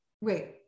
wait